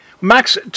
Max